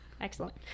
Excellent